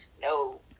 No